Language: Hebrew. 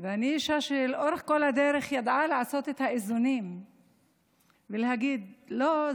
ואני אישה שלאורך כל הדרך ידעה לעשות את האיזונים ולהגיד: לא,